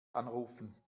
anrufen